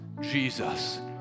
Jesus